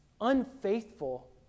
Unfaithful